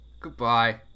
Goodbye